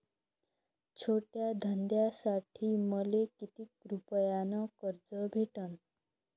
छोट्या धंद्यासाठी मले कितीक रुपयानं कर्ज भेटन?